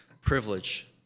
privilege